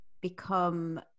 become